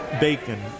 bacon